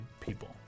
people